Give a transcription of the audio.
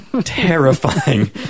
Terrifying